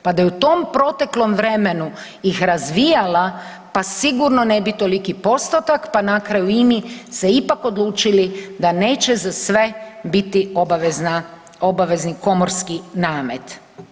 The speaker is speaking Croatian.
Pa da je u tom proteklom vremenu ih razvijala pa sigurno ne bi toliki postotak pa na kraju i mi se ipak odlučili da neće za sve biti obavezna, obavezni komorski namet.